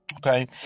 Okay